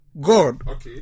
God